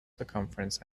circumference